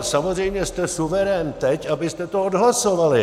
Samozřejmě jste suverén teď, abyste to odhlasovali.